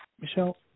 Michelle